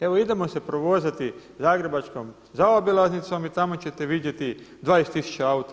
Evo idemo se provozati zagrebačkom zaobilaznicom i tamo ćete vidjeti 20 tisuća auta.